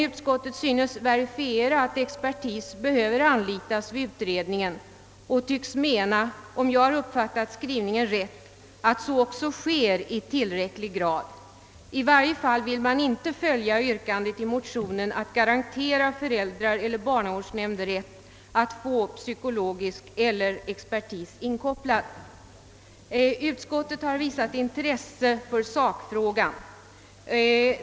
Utskottet synes dock verifiera att expertis behöver anlitas vid utredningar och tycks, om jag uppfattat skrivningen rätt, mena att så också sker i tillräcklig grad. I varje fall vill man inte följa yrkandet i motionen att garantera föräldrar eller barnavårdsnämnd rätt att få psykologisk eller psykiatrisk expertis inkopplad. Utskottet har visat intresse för sakfrågan.